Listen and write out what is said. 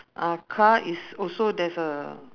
uh car is also there's a